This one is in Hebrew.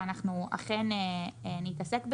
ואנחנו אכן נתעסק בזה.